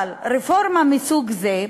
אבל רפורמה מסוג זה,